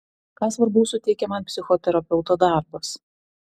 ką svarbaus suteikia man psichoterapeuto darbas